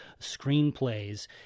screenplays